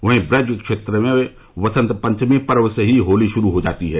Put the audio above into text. वहीं ब्रज क्षेत्र में वसंत पचमी पर्व से ही होली शुरू हो जाती है